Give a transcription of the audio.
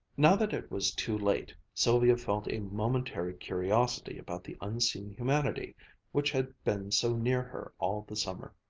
now that it was too late, sylvia felt a momentary curiosity about the unseen humanity which had been so near her all the summer.